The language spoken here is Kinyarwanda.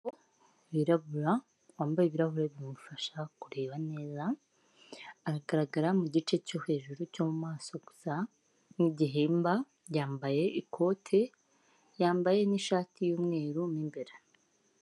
Iri ku murongo y'amagorofa asize amarangi y'umweru n'umuhondo asakaje amabati y'umutuku imbere hari igiti kirekire kirimo insinga zikwirakwiza umuriro w'amashanyarazi.